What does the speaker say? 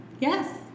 Yes